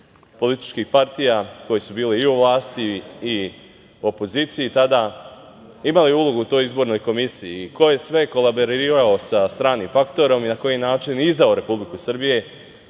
političkih partija, koje su bile i u vlasti i opoziciji tada, imale ulogu u toj izbornoj komisiji i ko je sve kolaborirao sa stranim faktorom i na koji način izdao Republiku Srbiju